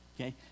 Okay